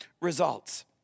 results